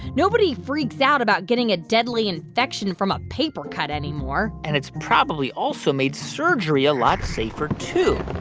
nobody freaks out about getting a deadly infection from a paper cut anymore and it's probably also made surgery a lot safer, too.